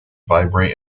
vibrate